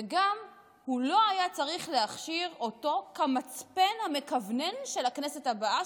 וגם הוא לא היה צריך להכשיר אותו כמצפן המכוונן של הכנסת הבאה,